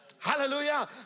Hallelujah